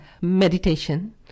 meditation